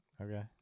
Okay